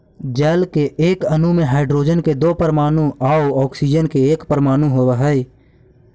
जल के एक अणु में हाइड्रोजन के दो परमाणु आउ ऑक्सीजन के एक परमाणु होवऽ हई